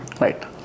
Right